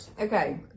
Okay